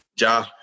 Ja